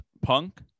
punk